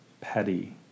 petty